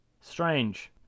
Strange